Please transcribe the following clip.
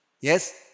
Yes